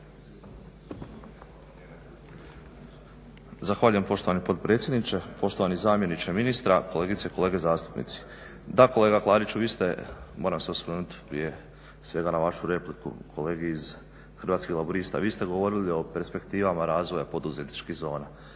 Zahvaljujem poštovani potpredsjedniče, poštovani zamjeniče ministra, kolegice i kolege zastupnici. Da kolega Klariću vi ste, moram se osvrnuti prije svega na vašu repliku kolegi iz Hrvatskih laburista, vi ste govorili o perspektivama razvoja poduzetničkih zona.